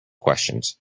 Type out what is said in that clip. questions